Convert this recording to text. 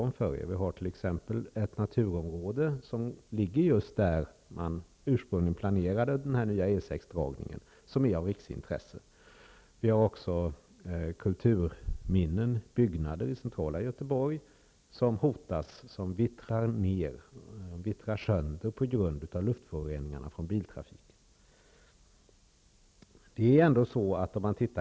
Vi har t.ex. ett naturområde av riksintresse som ligger just där man ursprungligen planerade den nya E 6-dragningen. Vi har också kulturminnen och byggnader i centrala Göteborg som hotas. De vittrar sönder på grund av luftföroreningarna från biltrafiken.